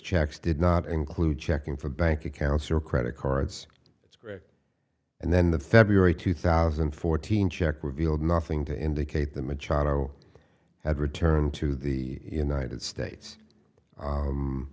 checks did not include checking for bank accounts or credit cards and then the february two thousand and fourteen check revealed nothing to indicate that machado had returned to the united states